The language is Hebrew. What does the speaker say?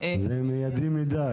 מהמשרד להגנת הסביבה --- זה מיידי מידי.